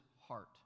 heart